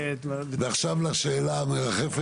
הנושא דיווח על יישום החוק להסדרת הטיפול באריזות,